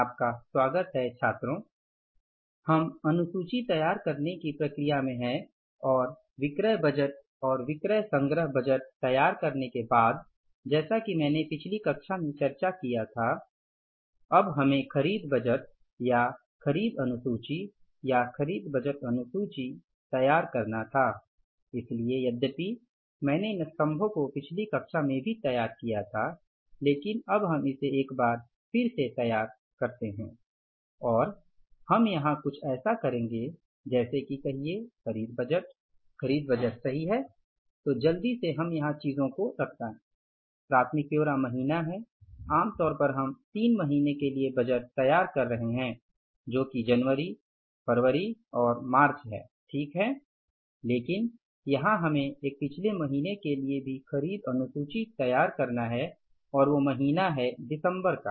आपका स्वागत है छात्रों हम अनुसूची तैयार करने की प्रक्रिया में हैं और विक्रय बजट और विक्रय संग्रह बजट तैयार करने के बाद जैसा की मैंने पिछली कक्षा में चर्चा किया था अब हमें खरीद बजट या खरीद अनुसूची या खरीद बजट अनुसूची तैयार करना था इसलिए यद्यप्पी मैंने इन स्तंभों को पिछली कक्षा में भी तैयार किया था लेकिन अब हम इसे एक बार फिर से तैयार करते हैं और हम यहां कुछ ऐसा करेंगे जैसे कि कहिये खरीद बजट खरीद बजट सही हैं तो जल्दी से हमें यहाँ चीजों को रखना चाहिए प्राथमिक ब्यौरा महीना है आम तौर पर हम तीन महीने के लिए बजट तैयार कर रहे हैं जो कि जनवरी फरवरी और मार्च है ठीक हैं लेकिन यहाँ हमें एक पिछले महीने के लिए भी खरीद अनुसूची तैयार करना है और वो महीना है दिसंबर का